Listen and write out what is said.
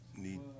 Need